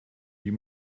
die